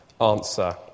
answer